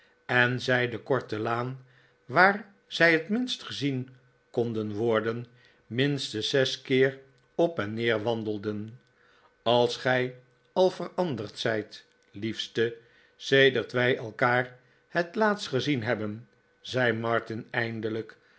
en zij de korte laan waar zij het minst gezien konden worden minstens zes keer op en neer wandelden als gij al veranderd zijt liefste sedert wij elkaar het laatst gezien hebben zei martin eindelijk